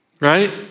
right